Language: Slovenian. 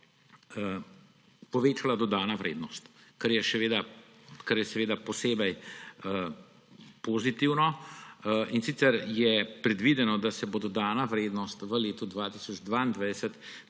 povečala dodana vrednost, kar je posebej pozitivno. In sicer je predvideno, da se bo dodana vrednost v letu 2022